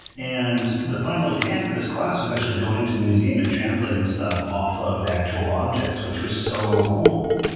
and the final exam for this class was actually going to the museum and translating stuff off of actual objects, which was so cool.